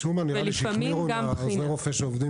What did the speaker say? משום מה נראה לי שהחמירו עם עוזרי רופא שעובדים